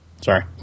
Sorry